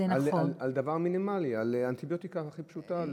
על דבר מינימלי, על אנטיביוטיקה הכי פשוטה.